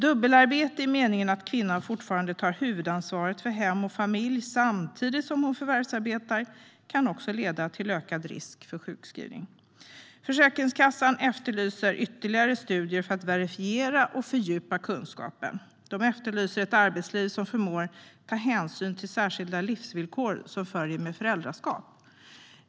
Dubbelarbete i den meningen att kvinnan fortfarande tar huvudansvaret för hem och familj samtidigt som hon förvärvsarbetar kan leda till ökad risk för sjukskrivning. Försäkringskassan efterlyser ytterligare studier för att verifiera och fördjupa kunskapen. De efterlyser ett arbetsliv som förmår ta hänsyn till de särskilda livsvillkor som följer med föräldraskap.